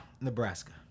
Nebraska